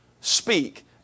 speak